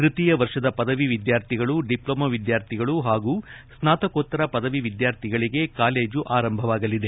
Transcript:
ತೃತೀಯ ವರ್ಷದ ಪದವಿ ವಿದ್ಯಾರ್ಥಿಗಳು ದಿಪ್ಲೊಮಾ ವಿದ್ಯಾರ್ಥಿಗಳು ಹಾಗೂ ಸ್ನಾತಕೋತ್ತರ ಪದವಿ ವಿದ್ಯಾರ್ಥಿಗಳಿಗೆ ಕಾಲೇಜು ಆರಂಭವಾಗಲಿದೆ